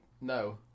no